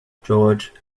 george